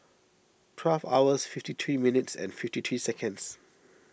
twelve hours fifty three minutes and fifty three seconds